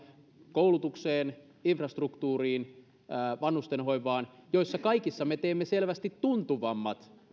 koulutukseen infrastruktuuriin vanhustenhoivaan joissa kaikissa me teemme selvästi tuntuvammat